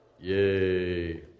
yay